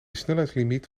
snelheidslimiet